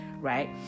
right